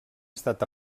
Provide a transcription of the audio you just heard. estat